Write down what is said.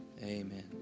Amen